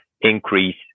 increase